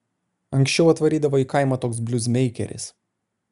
anksčiau atvarydavo į kaimą toks bliuzmeikeris